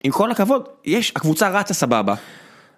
עם כל הכבוד, יש הקבוצה רצה סבבה.